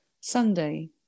Sunday